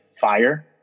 fire